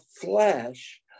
flesh